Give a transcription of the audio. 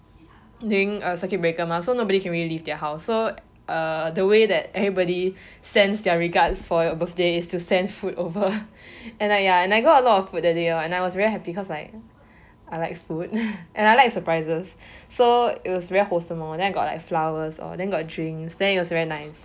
during uh circuit breaker mah so nobody can really leave their house so uh the way that everybody sends their regards for your birthday is to send food over and I ya I got a lot of food that day lor and I was very happy because like I like food and I like surprises so it was very wholesome lor and then I got like flowers lor then got drinks that was very nice